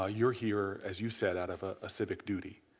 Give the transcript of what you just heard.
ah you are here as you said, out of a ah civic duty.